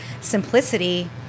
simplicity